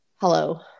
hello